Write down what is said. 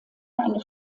eine